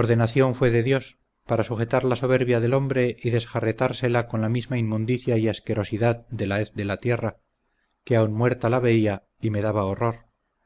ordenación fue de dios para sujetar la soberbia del hombre y desjarretársela con la misma inmundicia y asquerosidad de la hez de la tierra que aun muerta la veía y me daba horror